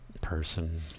person